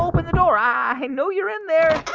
open the door. i know you're in there